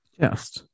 Yes